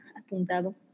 apuntado